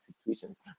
situations